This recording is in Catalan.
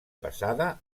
passada